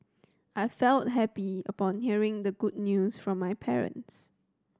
I felt happy upon hearing the good news from my parents